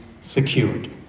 secured